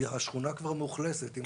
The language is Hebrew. השכונה כבר מאוכלסת.